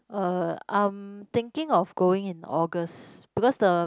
uh I'm thinking of going in August because the